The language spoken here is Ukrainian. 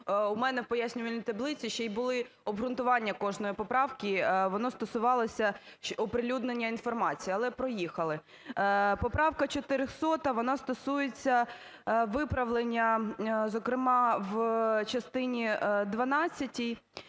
у мене в пояснювальній таблиці ще й були обґрунтування кожної поправки, воно стосувалося оприлюднення інформації. Але… проїхали. Поправка 400, вона стосується виправлення, зокрема, в частині 12,